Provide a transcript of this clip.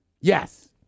Yes